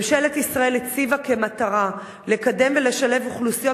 ממשלת ישראל הציבה כמטרה לקדם ולשלב אוכלוסיות